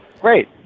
great